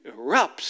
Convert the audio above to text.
erupts